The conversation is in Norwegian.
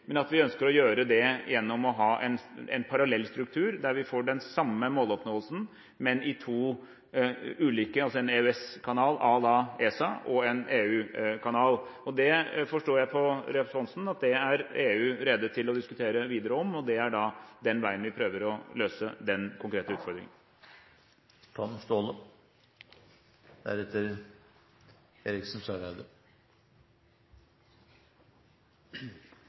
men at vi ønsker å gjøre det gjennom å ha en parallell struktur der vi får den samme måloppnåelsen i to ulike kanaler – en EØS-kanal à la ESA og en EU-kanal. Jeg forstår på responsen at det er EU rede til å diskutere videre, og det er den veien vi prøver å løse den konkrete